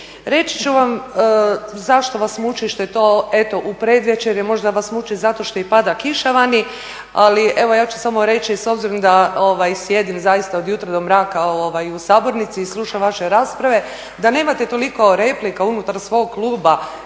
reći ću vam zašto vas muči što je to eto u predvečerje, možda vas muči zato što i pada kiša vani, ali evo ja ću samo reći s obzirom da sjedim zaista od jutra do mraka u sabornici i slušam vaše rasprave da nemate toliko replika unutar svog kluba